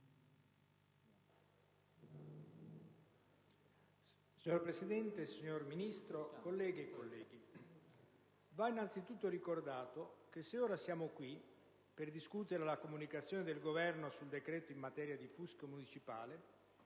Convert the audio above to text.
Signor Presidente, signor Ministro, colleghe e colleghi, va innanzitutto ricordato che se ora siamo qui, per discutere la comunicazione del Governo sul decreto in materia di fisco municipale,